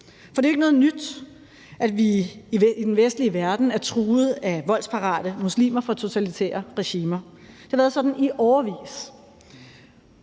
for det er ikke noget nyt, at vi i den vestlige verden er truet af voldsparate muslimer fra totalitære regimer. Det har været sådan i årevis.